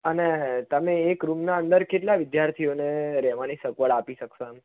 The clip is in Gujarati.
અને તમે એક રૂમના અંદર કેટલા વિદ્યાર્થીઓને રહેવાની સગવડ આપી શકશો